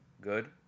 good